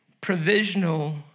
provisional